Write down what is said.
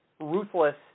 ruthless